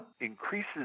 increases